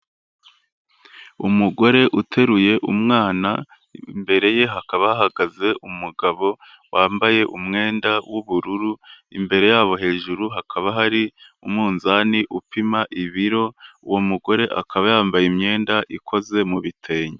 Umugore uteruye umwana imbere ye hakaba hahagaze umugabo wambaye umwenda w'ubururu, imbere yabo hejuru hakaba hari umunzani upima ibiro, uwo mugore akaba yambaye imyenda ikoze mu bitenge.